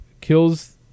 kills